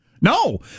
No